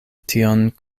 tion